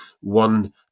one